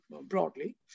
broadly